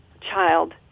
child